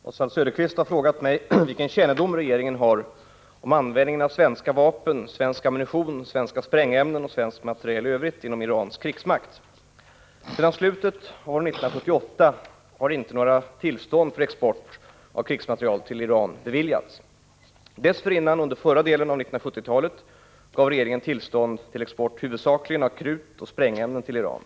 Herr talman! Oswald Söderqvist har frågat mig vilken kännedom regeringen har om användningen av svenska vapen och svensk ammunition, svenska sprängämnen och svensk materiel i övrigt inom Irans krigsmakt. Sedan slutet av år 1978 har inte några tillstånd för export av krigsmateriel till Iran beviljats. Dessförinnan, under förra delen av 1970-talet, gav regeringen tillstånd till export huvudsakligen av krut och sprängämnen till Iran.